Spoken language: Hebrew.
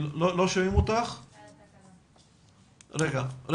אני